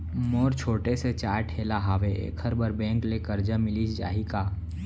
मोर छोटे से चाय ठेला हावे एखर बर बैंक ले करजा मिलिस जाही का?